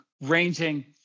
ranging